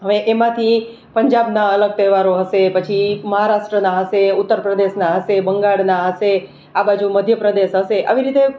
હવે એમાંથી પંજાબના અલગ તહેવારો હશે પછી મહારાષ્ટ્રના હશે ઉત્તરપ્રદેશના હશે બંગાળના હશે આ બાજુ મધ્યપ્રદેશ હશે આવી રીતે